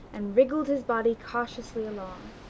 and wriggled his body cautiously along.